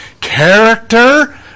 character